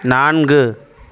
நான்கு